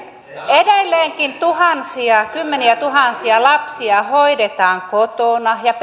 edelleenkin tuhansia kymmeniätuhansia lapsia hoidetaan kotona ja